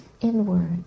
inward